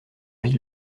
envie